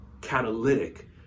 catalytic